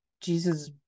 Jesus